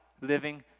living